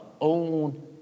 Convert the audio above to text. own